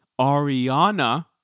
ariana